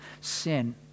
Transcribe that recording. sin